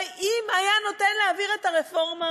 הרי אם היה נותן להעביר את הרפורמה